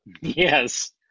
Yes